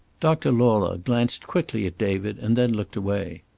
doctor lauler glanced quickly at david and then looked away.